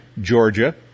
Georgia